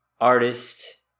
artist